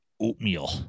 oatmeal